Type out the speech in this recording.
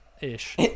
ish